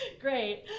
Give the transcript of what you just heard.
Great